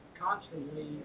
constantly